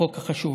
חוק חשוב.